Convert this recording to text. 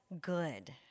good